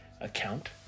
account